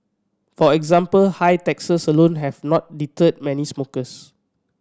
for example high taxes alone have not deterred many smokers